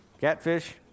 catfish